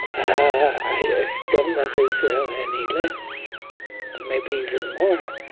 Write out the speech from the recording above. i don't love israel any less, maybe even more,